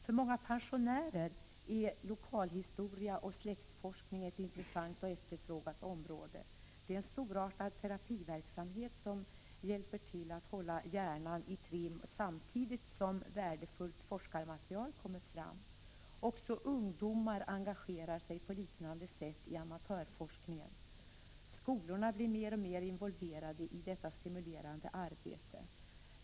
För många pensionärer är lokal historia och släktforskning ett intressant område och sådant material är efterfrågat. Det är en storartad terapiverksamhet, som hjälper till att hålla hjärnan i trim, samtidigt som värdefullt forskarmaterial kommer fram. Också ungdomar engagerar sig på liknande sätt i amatörforskningen. Skolorna blir alltmer involverade i detta stimulerande arbete.